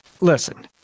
listen